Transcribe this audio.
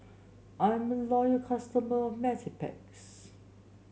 I'm a loyal customer of Mepilex